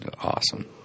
awesome